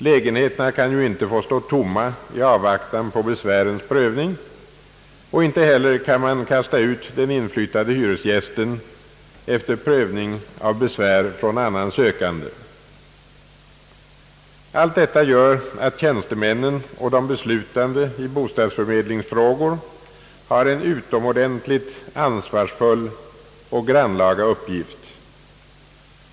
Lägenheterna kan ju inte få stå tomma i avvaktan på besvärens prövning, och inte heller kan man kasta ut den inflyttade hyresgästen efter prövning av besvär från annan sökande. Allt detta gör att tjänstemännen och de beslutande i bostadsförmedlingsfrågor har en utomordentligt ansvarsfull och grannlaga uppgift.